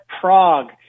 Prague